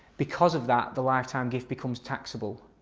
because of that the lifetime gift becomes taxable.